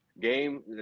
game